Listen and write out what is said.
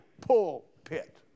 pulpit